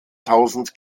tausend